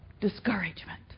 discouragement